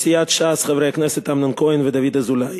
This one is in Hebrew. מסיעת ש"ס, חברי הכנסת אמנון כהן ודוד אזולאי,